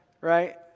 right